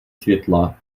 světla